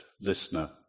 listener